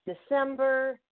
December